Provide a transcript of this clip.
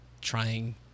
trying